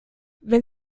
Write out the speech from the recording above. wenn